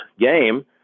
game